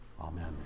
Amen